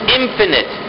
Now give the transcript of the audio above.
infinite